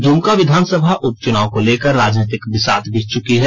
दुमका विधानसभा उपचुनाव को लेकर राजनीतिक बिसात बिछ चुकी है